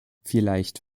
vielleicht